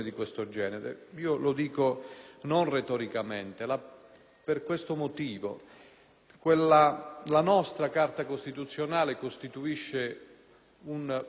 la nostra Carta costituzionale costituisce un patrimonio che, a mio avviso, va difeso. Almeno in quella,